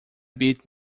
bit